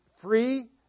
free